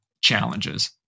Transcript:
challenges